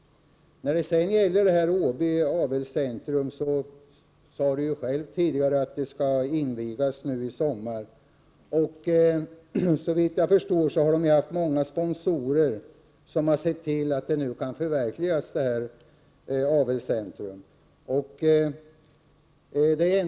Lennart Brunander sade själv tidigare att Åby Avelscentrum skall invigas nu isommar. Såvitt jag förstår har man haft många sponsorer, som har sett till att det nu kan förverkligas.